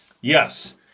yes